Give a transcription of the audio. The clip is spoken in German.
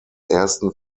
ersten